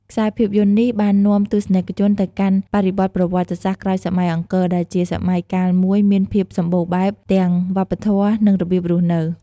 ខ្សែភាពយន្តនេះបាននាំទស្សនិកជនទៅកាន់បរិបទប្រវត្តិសាស្ត្រក្រោយសម័យអង្គរ ដែលជាសម័យកាលមួយមានភាពសម្បូរបែបទាំងវប្បធម៌ និងរបៀបរស់នៅ។